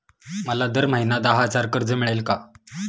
मला दर महिना दहा हजार कर्ज मिळेल का?